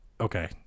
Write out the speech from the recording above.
Okay